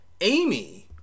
Amy